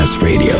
Radio